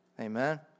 Amen